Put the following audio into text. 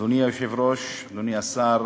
אדוני היושב-ראש, אדוני השר,